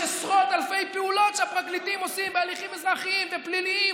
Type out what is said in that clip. יש עשרות אלפי פעולות שהפרקליטים עושים בהליכים אזרחיים ופליליים